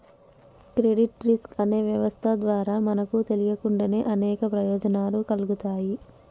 credit risk అనే వ్యవస్థ ద్వారా మనకు తెలియకుండానే అనేక ప్రయోజనాలు కల్గుతాయి